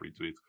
retweets